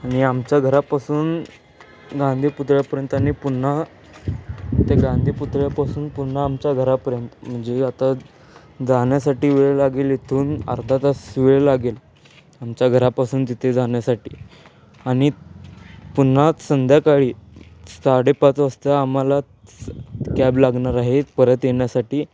आणि आमच्या घरापासून गांधी पुतळ्यापर्यंत आणि पुन्हा ते गांधी पुतळ्यापासून पुन्हा आमच्या घरापर्यंत म्हणजे आता जाण्यासाठी वेळ लागेल इथून अर्धा तास वेळ लागेल आमच्या घरापासून तिथे जाण्यासाठी आणि पुन्हा संध्याकाळी साडेपाच वाजता आम्हाला कॅब लागणार आहे परत येण्यासाठी